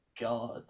god